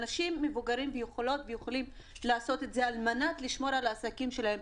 אנשים מבוגרים יכולים לעשות את זה על מנת לשמור על העסקים שלהם,